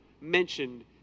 mentioned